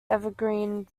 evergreen